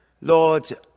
Lord